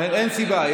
אין סיבה.